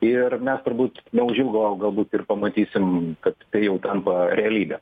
ir mes turbūt neužilgo galbūt ir pamatysim kad tai jau tampa realybe